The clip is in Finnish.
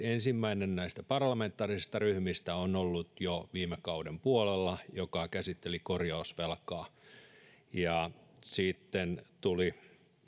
ensimmäinen näistä parlamentaarisista ryhmistä on ollut jo viime kauden puolella ja se käsitteli korjausvelkaa sitten tuli